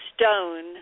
stone